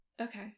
Okay